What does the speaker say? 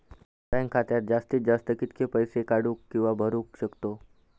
Bank खात्यात जास्तीत जास्त कितके पैसे काढू किव्हा भरू शकतो?